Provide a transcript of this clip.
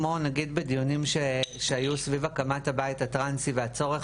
כמו נגיד בדיונים שהיו סביב הקמת הבית הטרנסי והצורך